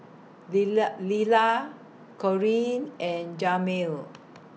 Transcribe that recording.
Lilla Lilla Corrine and Jamel